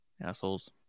assholes